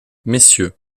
messieurs